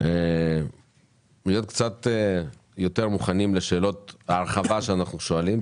להיות קצת יותר מוכנים לשאלות ההרחבה שאנחנו שואלים,